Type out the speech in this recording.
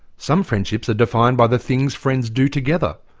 some friendships are defined by the things friends do together.